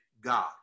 God